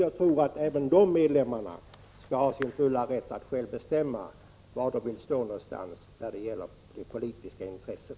Jag tycker att även de medlemmarna skall ha sin fulla rätt att själva bestämma var de vill stå någonstans när det gäller det politiska intresset.